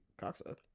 Coxa